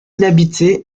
inhabitée